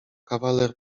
kawaler